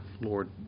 Lord